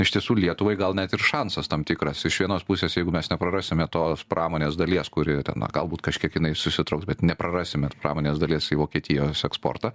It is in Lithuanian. iš tiesų lietuvai gal net ir šansas tam tikras iš vienos pusės jeigu mes neprarasime tos pramonės dalies kuri ten galbūt kažkiek jinai susitrauks bet neprarasime pramonės dalies į vokietijos eksportą